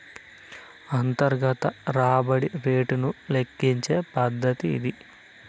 అంతర్గత రాబడి రేటును లెక్కించే పద్దతి ఇది